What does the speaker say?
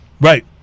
Right